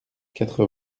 quatre